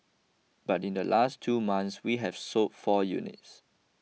but in the last two months we have sold four units